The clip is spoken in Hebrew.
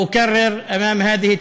(אומר בערבית: